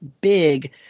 big